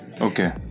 okay